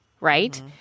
right